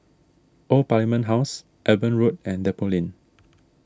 Old Parliament House Eben Road and Depot Lane